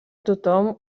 tothom